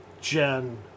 Gen